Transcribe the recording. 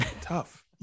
Tough